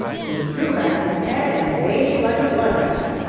he threw back his head and bayed like a bloodhound.